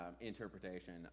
interpretation